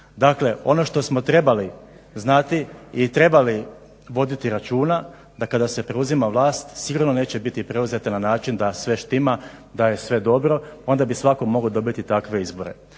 Dakle ono što smo trebali znati i trebali voditi računa da kada se preuzima vlast sigurno neće biti preuzeta na način da sve štima, da je sve dobro onda bi svako mogao dobiti takve izbore.